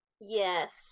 yes